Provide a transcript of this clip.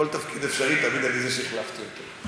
בכל תפקיד אפשרי, תמיד אני זה שהחלפתי אותו.